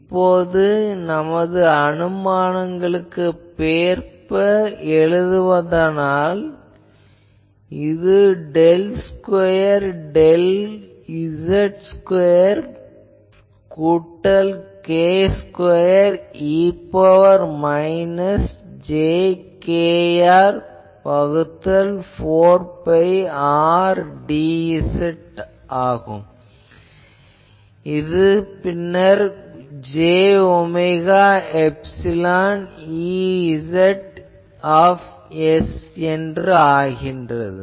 இப்போது நமது அனுமானங்களுக்கு ஏற்ப எழுதுவதானால் இது del square del z square கூட்டல் k ஸ்கொயர் e ன் பவர் மைனஸ் j kR வகுத்தல் 4 பை R dz என்பது j ஒமேகா எப்சிலான் Ez என்பதாகிறது